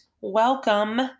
Welcome